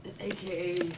aka